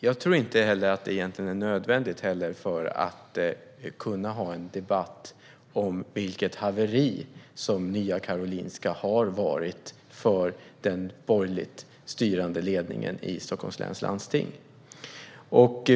Jag tror inte heller att det är nödvändigt för att kunna föra en debatt om det haveri som Nya Karolinska har varit för den borgerligt styrda ledningen i Stockholms läns landsting.